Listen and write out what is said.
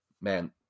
man